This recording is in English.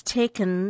taken